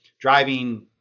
driving